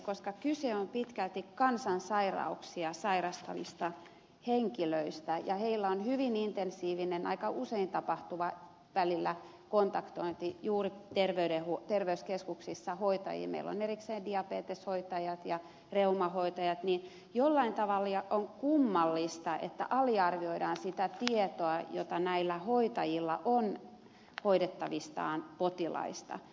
koska kyse on pitkälti kansansairauksia sairastavista henkilöistä ja heillä on hyvin intensiivinen välillä aika usein tapahtuva kontaktointi juuri terveyskeskuksissa hoitajiin meillä on erikseen diabeteshoitajat ja reumahoitajat niin jollain tavalla on kummallista että aliarvioidaan sitä tietoa jota näillä hoitajilla on hoidettavanaan olevista potilaista